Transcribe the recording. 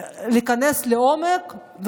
להיכנס לעומק,